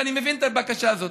ואני מבין את הבקשה הזאת.